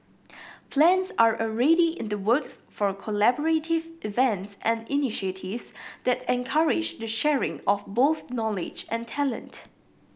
plans are already in the works for collaborative events and initiatives that encourage the sharing of both knowledge and talent